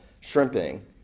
shrimping